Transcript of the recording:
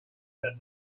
that